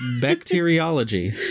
bacteriology